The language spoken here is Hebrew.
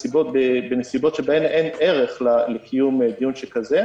בנסיבות שבהן אין ערך לקיום דיון שכזה.